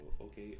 Okay